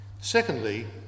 Secondly